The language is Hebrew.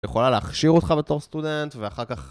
יכולה להכשיר אותך בתור סטודנט, ואחר כך...